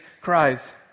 cries